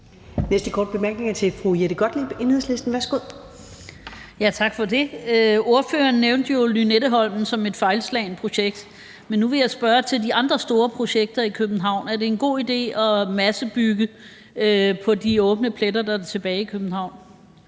Næste korte bemærkning er til fru Jette Gottlieb, Enhedslisten. Værsgo. Kl. 19:58 Jette Gottlieb (EL): Tak for det. Ordføreren nævnte Lynetteholm som et fejlslagent projekt, men nu vil jeg spørge til de andre store projekter i København. Er det en god idé at massebygge på de åbne pletter, der er tilbage i København?